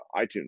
iTunes